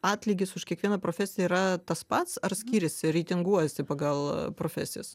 atlygis už kiekvieną profesiją yra tas pats ar skiriasi reitinguojasi pagal profesijas